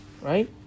right